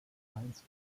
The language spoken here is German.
mainz